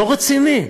לא רציני.